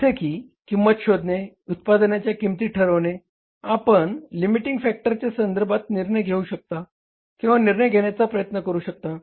जसे की किंमती शोधणे उत्पादनाच्या किंमती ठरविणे आपण लिमिटिंग फॅक्टर संदर्भात निर्णय घेऊ शकता किंवा निर्णय घेण्याचा प्रयत्न करू शकता